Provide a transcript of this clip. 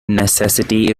necessity